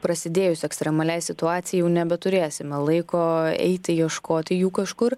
prasidėjus ekstremaliai situacijai nebeturėsime laiko eiti ieškoti jų kažkur